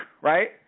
right